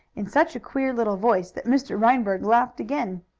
in such a queer little voice that mr. reinberg laughed again.